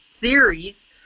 theories